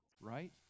right